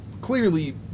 clearly